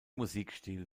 musikstil